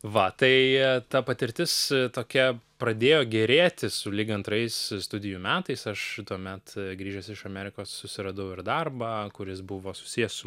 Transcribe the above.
va tai ta patirtis tokia pradėjo gerėti sulig antrais studijų metais aš tuomet grįžęs iš amerikos susiradau ir darbą kuris buvo susijęs su